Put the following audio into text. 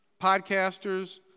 podcasters